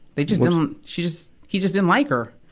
they just didn't, she just, he just didn't like her.